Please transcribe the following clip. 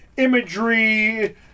imagery